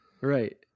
Right